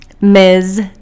Ms